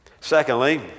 Secondly